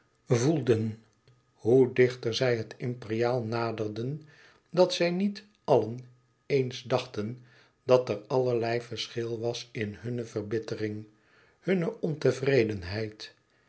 voelden hoe dichter zij het imperiaal naderden dat zij niet allen ééns dachten dat er allerlei verschil was in hunne verbittering hunne ontevredenheid